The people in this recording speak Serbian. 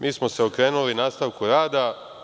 Mi smo se okrenuli nastavku rada.